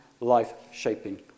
life-shaping